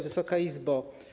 Wysoka Izbo!